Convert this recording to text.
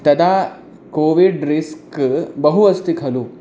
तदा Covid risk बहु अस्ति खलु